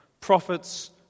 prophets